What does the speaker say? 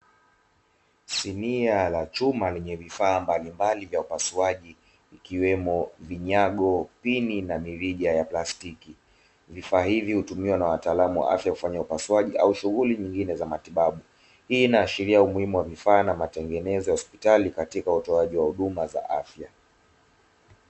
Sinia la chuma lenye vifaa mbalimbali vya upasuaji, ikiwemo vinyago pini na mirija ya plastiki, vifaa hivi hutumiwa na wataalamu wa afya kufanya upasuaji au shughuli nyingine za matibabu, hii inaashiria umuhimu wa vifaa na matengenezo ya hospitali katika utoaji wa huduma za afya.